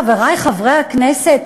חברי חברי הכנסת,